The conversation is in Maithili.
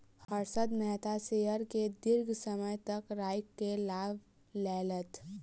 हर्षद मेहता शेयर के दीर्घ समय तक राइख के लाभ लेलैथ